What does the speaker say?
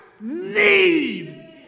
need